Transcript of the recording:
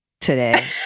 today